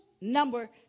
number